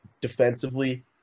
defensively